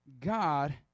God